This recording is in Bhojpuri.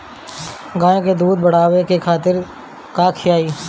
गाय के दूध बढ़ावे खातिर का खियायिं?